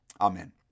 Amen